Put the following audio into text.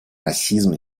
расизм